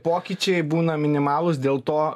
pokyčiai būna minimalūs dėl to